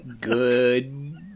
Good